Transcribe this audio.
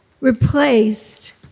replaced